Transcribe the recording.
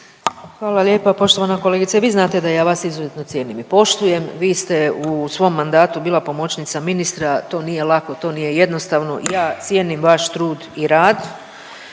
Hvala lijepa. Poštovana kolegice, vi znate da ja vas izuzetno cijenim i poštujem, vi ste u svom mandatu bila pomoćnica ministra to nije lako, to nije jednostavno ja cijenim vaš trud i rad.